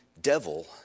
devil